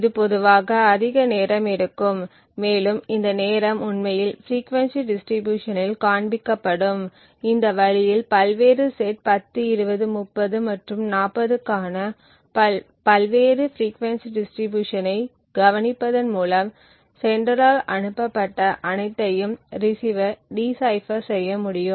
இது பொதுவாக அதிக நேரம் எடுக்கும் மேலும் இந்த நேரம் உண்மையில் பிரீகியென்சி டிஸ்ட்ரிபியூஷன் இல் காண்பிக்கப்படும் இந்த வழியில் பல்வேறு செட் 10 20 30 மற்றும் 40 க்கான பல்வேறு பிரீகியென்சி டிஸ்ட்ரிபியூஷன் ஐ கவனிப்பதன் மூலம் செண்டரால் அனுப்பப்பட்ட அனைத்தையும் ரிசீவர் டி சைபர் செய்ய முடியும்